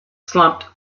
slumped